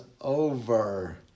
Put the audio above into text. over